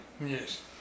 Yes